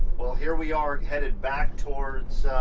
well, here we are headed back towards.